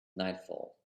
nightfall